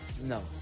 No